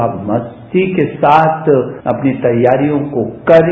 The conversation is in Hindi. आप मस्ती के साथ अपनी तैयारियों को करें